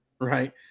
right